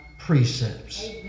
precepts